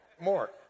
more